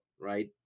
right